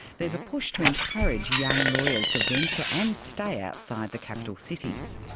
there's a push to encourage young lawyers to venture and stay outside the capital cities.